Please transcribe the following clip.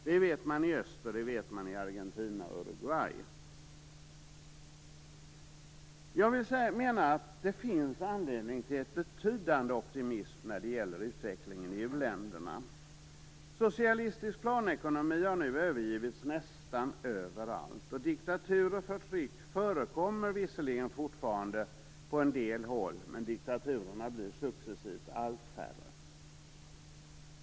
Det vet man i öst, och det vet man i Det finns anledning till betydande optimism när det gäller utvecklingen i u-länderna. Socialistisk planekonomi har nu övergivits nästan överallt. Diktatur och förtryck förekommer visserligen fortfarande på en del håll, men diktaturerna blir successivt allt färre.